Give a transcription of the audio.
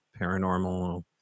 paranormal